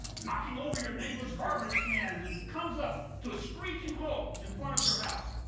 knocking over your neighbors' garbage can, and it comes up to a screeching halt in front of your house.